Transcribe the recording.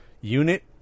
unit